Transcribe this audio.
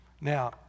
now